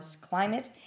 climate